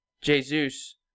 Jesus